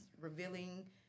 revealing